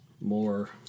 more